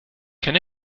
can